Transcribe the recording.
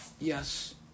Yes